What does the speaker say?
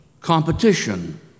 competition